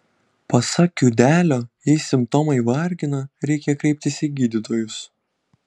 pasak kiudelio jei simptomai vargina reikia kreiptis į gydytojus